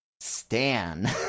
Stan